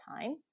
time